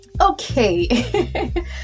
okay